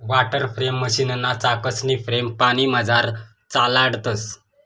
water frame मशीनना चाकसनी frame पानीमझार चालाडतंस